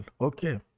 Okay